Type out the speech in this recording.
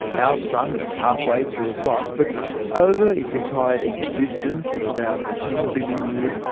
our sun is halfway through its life, but over its entire existence of about ten billion years,